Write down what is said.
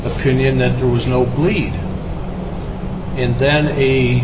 opinion that there was no bleed in then a